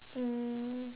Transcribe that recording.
mm